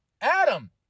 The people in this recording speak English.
Adam